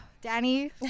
Danny